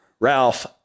Ralph